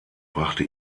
brachte